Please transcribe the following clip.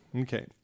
Okay